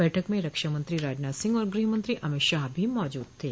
बैठक में रक्षा मंत्री राजनाथ सिंह और गृहमंत्री अमित शाह भी मौजूद थे